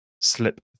slip